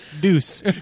Deuce